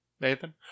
Nathan